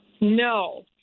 No